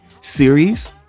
series